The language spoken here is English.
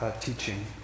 teaching